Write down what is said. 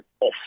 off